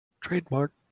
Trademark